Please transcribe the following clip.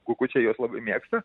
kukučiai juos labai mėgsta